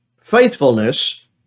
Faithfulness